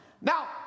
Now